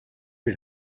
bir